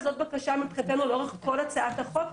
זאת הבקשה מבחינתנו לאורך כל הצעת החוק,